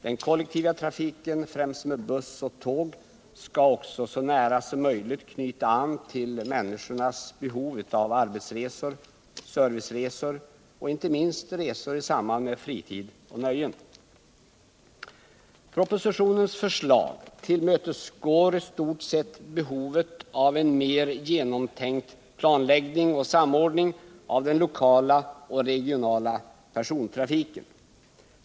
Den kollektiva trafiken, främst med buss och tåg, skall också så nära som möjligt knyta an till människornas behov av arbetsresor, serviceresor och inte minst resor i samband med fritid och nöjen. Propositionens förslag tillmötesgår i stort sett behovet av en mer genomtänkt planläggning och samordning av den lokala och regionala persontrafiken.